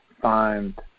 find